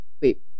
wait